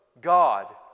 God